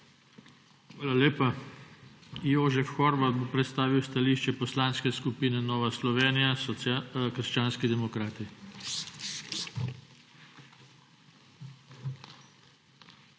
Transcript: Hvala lepa. Jožef Horvat bo predstavil stališče Poslanske skupine Nova Slovenija – krščanski demokrati.